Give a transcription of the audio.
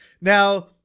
Now